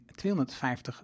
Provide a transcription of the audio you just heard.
250